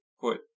put